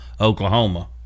Oklahoma